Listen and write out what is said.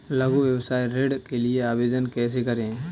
लघु व्यवसाय ऋण के लिए आवेदन कैसे करें?